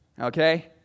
Okay